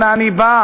אנה אני בא?